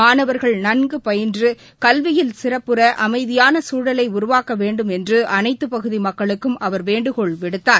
மாணவர்கள் நன்கு பயின்று கல்வியில் சிறப்புற அமைதியான குழலை உருவாக்க வேண்டும் என்று அனைத்துப் பகுதி மக்களுக்கும் அவர் வேண்டுகோள் விடுத்தார்